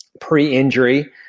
pre-injury